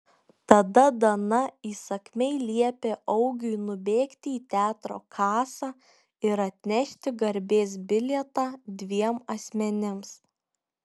tada dana įsakmiai liepė augiui nubėgti į teatro kasą ir atnešti garbės bilietą dviem asmenims